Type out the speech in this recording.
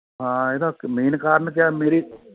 ਹਾਂ ਇਹਦਾ ਮੇਨ ਕਾਰਨ ਕਿਆ ਮੇਰੀ